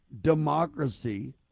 democracy